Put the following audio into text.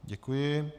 Děkuji.